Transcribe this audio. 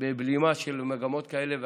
בבלימה של מגמות כאלה ואחרות.